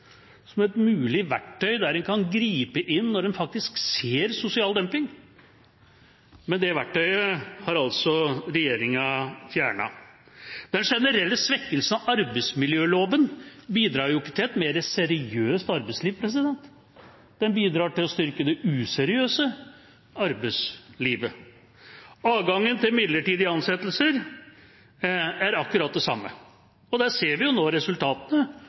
som et mulig verktøy der en kan gripe inn når en faktisk ser sosial dumping, men det verktøyet har regjeringa fjernet. Den generelle svekkelsen av arbeidsmiljøloven bidrar ikke til et mer seriøst arbeidsliv. Den bidrar til å styrke det useriøse arbeidslivet. Adgangen til midlertidige ansettelser er akkurat den samme. Der ser vi nå resultatene,